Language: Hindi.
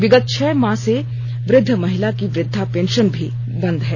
विगत छह माह से वृद्व महिला की वृद्वापेंशन भी बंद है